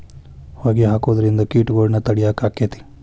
ಹೊಗಿ ಹಾಕುದ್ರಿಂದ ಕೇಟಗೊಳ್ನ ತಡಿಯಾಕ ಆಕ್ಕೆತಿ?